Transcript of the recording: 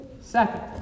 Second